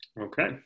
Okay